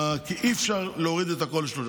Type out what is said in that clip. כי אי-אפשר להוריד ל-30.